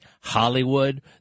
Hollywood